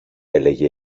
έλεγε